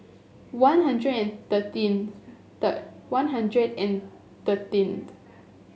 One Hundred and thirteen third One Hundred and thirteenth